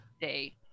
day